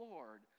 Lord